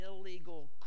illegal